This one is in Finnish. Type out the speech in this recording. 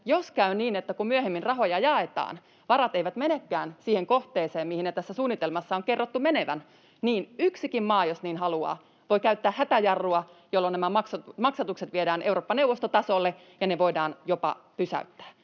jos käy niin, että kun myöhemmin rahoja jaetaan, niin varat eivät menekään siihen kohteeseen, mihin niiden tässä suunnitelmassa on kerrottu menevän, niin yksikin maa, jos niin haluaa, voi käyttää hätäjarrua, jolloin nämä maksatukset viedään Eurooppa-neuvosto-tasolle, ja ne voidaan jopa pysäyttää.